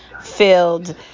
filled